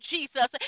Jesus